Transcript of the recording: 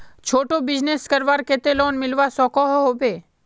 छोटो बिजनेस करवार केते लोन मिलवा सकोहो होबे?